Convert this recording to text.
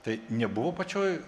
tai nebuvo pačioj